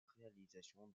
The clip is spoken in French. réalisation